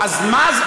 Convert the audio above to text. אני לא בטוח.